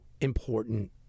important